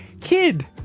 kid